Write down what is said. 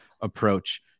approach